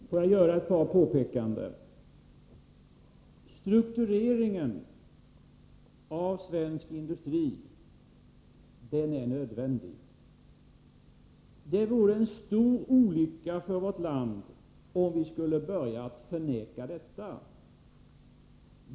Herr talman! Jag vill göra ett par påpekanden. En strukturering av svensk industri är nödvändig. Det vore en stor olycka för vårt land om vi skulle förneka detta.